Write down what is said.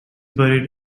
buried